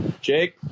Jake